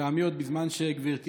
כשטעויות כאלו קורות בגיל 25 אתה